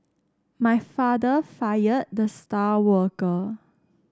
my father fired the star worker